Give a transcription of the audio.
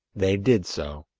they did so.